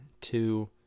two